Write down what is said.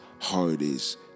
hardest